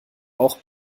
auch